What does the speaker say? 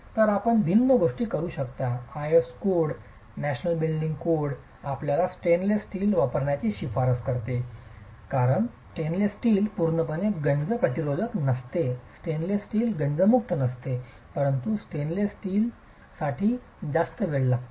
तर आपण भिन्न गोष्टी करू शकता IS कोड राष्ट्रीय इमारत कोड आपल्याला स्टेनलेस स्टील वापरण्याची शिफारस करतो कारण स्टेनलेस स्टील पूर्णपणे गंज प्रतिरोधक नसते स्टेनलेस स्टील गंजमुक्त नसते परंतु स्टेनलेस स्टीलसाठी जास्त वेळ लागतो